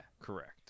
correct